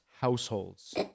households